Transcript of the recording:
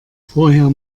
vorher